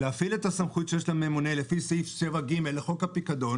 להפעיל את הסמכות שיש לממונה לפי סעיף 7(ג) לחוק הפיקדון